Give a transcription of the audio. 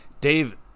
Dave